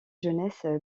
jeunesse